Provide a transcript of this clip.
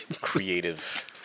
Creative